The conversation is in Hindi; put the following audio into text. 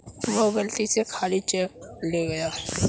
वो गलती से खाली चेक ले गया